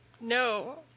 no